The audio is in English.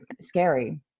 scary